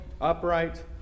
upright